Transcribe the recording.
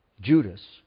Judas